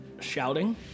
shouting